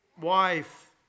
wife